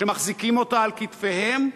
שמחזיקים אותה על כתפיהם,